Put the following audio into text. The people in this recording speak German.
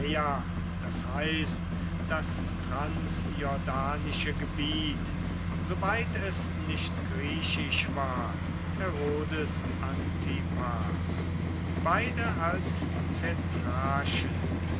das heißt das transjordanische gebiet soweit es nicht griechisch war herodes antipas beide als